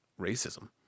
racism